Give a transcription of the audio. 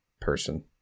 person